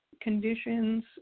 conditions